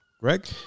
Greg